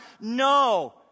No